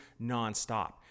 nonstop